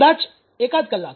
કદાચ એકાદ કલાક